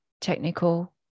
technical